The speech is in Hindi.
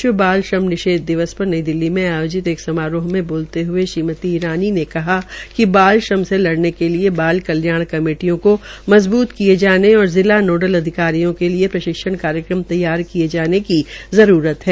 विश्व बाल श्रम निषेध दिवस पर नई दिल्ली में आयोजित एक समारोह में बोलते हये ईरानी कहा कि बाल श्रम से लड़ने के लिये बाल कल्याण कमेटियों को मजबूत किये जाने और जिला अधिकारियों के लिये प्रशिक्षण कार्यक्रम तैयार किये जाने की जरूरत है